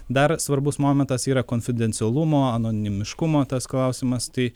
dar svarbus momentas yra konfidencialumo anonimiškumo tas klausimas tai